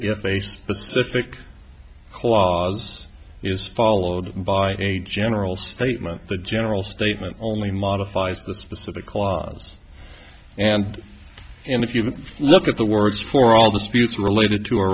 if a specific clause is followed by a general statement the general statement only modifies the specific clause and and if you look at the words for all disputes related to ar